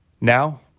Now